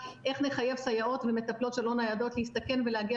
איך נחייב סייעות ומטפלות שלא ניידות להסתכן ולהגיע